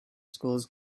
schools